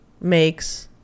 makes